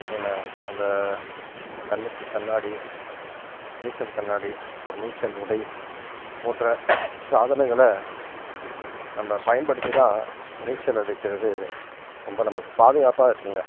என்ன அந்தக் கண்ணுக்குக் கண்ணாடி நீச்சல் கண்ணாடி அப்புறம் நீச்சல் உடை போன்ற சாதனங்களை நம்ம பயன்படுத்தி தான் நீச்சல் அடிக்கிறது ரொம்ப நமக்குப் பாதுகாப்பாக இருக்குதுங்க